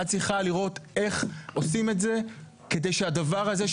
ואת צריכה לראות איך עושים את זה כדי שהדבר הזה,